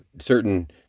certain